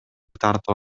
тартып